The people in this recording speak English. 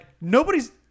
nobody's